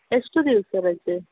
ಎಷ್ಟು ದಿವಸ ರಜೆ